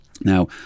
Now